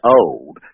old